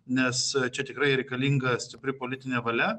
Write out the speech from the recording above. nes čia tikrai reikalinga stipri politinė valia